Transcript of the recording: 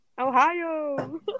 Ohio